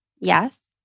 Yes